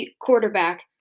quarterback